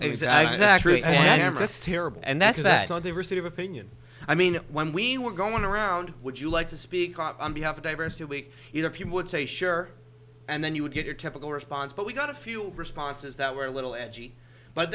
terrible and that is that they were sort of opinion i mean when we were going around would you like to speak on behalf of diversity week you know people would say sure and then you would get your typical response but we got a few responses that were a little edgy but